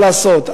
מה לעשות.